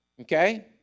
Okay